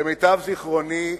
למיטב זיכרוני,